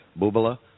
Bubala